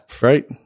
right